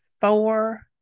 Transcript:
four